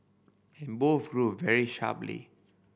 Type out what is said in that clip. and both grew very sharply